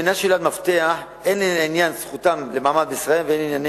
שאלת מפתח הן לעניין זכאותם למעמד בישראל והן לעניין